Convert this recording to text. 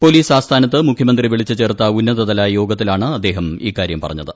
police ആസ്ഥാനത്ത് മുഖ്യമന്ത്രി വിളിച്ചുചേർത്ത ഉന്നതതലയോഗത്തിലാണ് അദ്ദേഹം ഇക്കാര്യം പറഞ്ഞത്